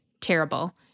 terrible